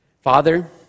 Father